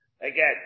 Again